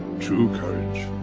true courage,